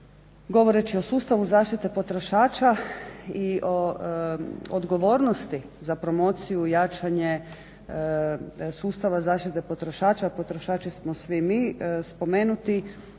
Govoreći o sustavu zaštite potrošača i odgovornosti za promociju i jačanje sustave zaštite potrošača, potrošači smo svi mi spomenuti